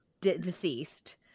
deceased